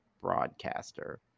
broadcaster